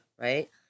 right